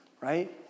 Right